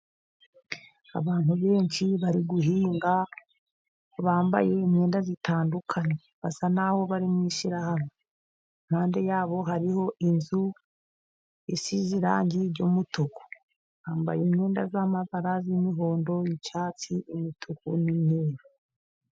Abantu benshi bari guhinga, bambaye imyenda itandukanye. Basa n'aho bari mu ishyirahamwe. Impande yabo hariho inzu isize irangi ry'umutuku. Bambaye imyenda y'amabara y'imihondo n'icyatsi, imituku n'imyeru.